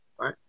right